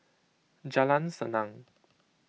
Jalan Senang